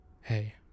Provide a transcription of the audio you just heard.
Hey